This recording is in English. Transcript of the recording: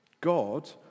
God